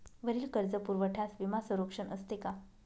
वरील कर्जपुरवठ्यास विमा संरक्षण असते का?